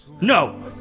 No